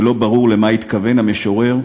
כשלא ברור למה התכוון המשורר.